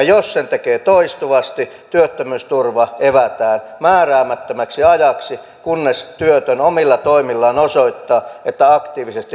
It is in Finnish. jos sen tekee toistuvasti työttömyysturva evätään määräämättömäksi ajaksi kunnes työtön omilla toimillaan osoittaa että aktiivisesti hakee töitä